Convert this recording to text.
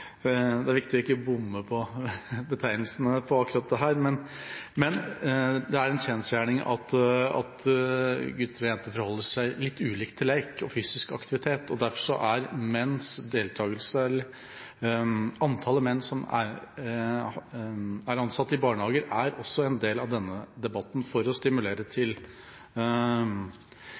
er en kjensgjerning at gutter og jenter forholder seg litt ulikt til lek og fysisk aktivitet. Derfor er antallet menn som er ansatt i barnehage, også en del av debatten – for å stimulere